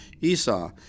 Esau